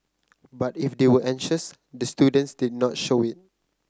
but if they were anxious the students did not show it